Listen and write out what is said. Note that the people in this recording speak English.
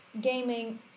Gaming